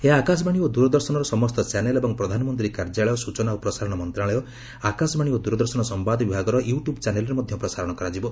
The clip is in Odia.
ଏହା ଆକାଶବାଣୀ ଓ ଦୂରଦର୍ଶନର ସମସ୍ତ ଚ୍ୟାନେଲ ଏବଂ ପ୍ରଧାନମନ୍ତ୍ରୀ କାର୍ଯ୍ୟାଳୟ ସୂଚନା ଓ ପ୍ରସାରଣ ମନ୍ତ୍ରଣାଳୟ ଆକାଶବାଣୀ ଓ ଦୂରଦର୍ଶନ ସମ୍ବାଦ ବିଭାଗର ୟୁ ଟ୍ୟୁବ ଚ୍ୟାନେଲରେ ମଧ୍ୟ ପ୍ରସାରଣ କରାଯିବ